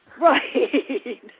Right